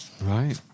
Right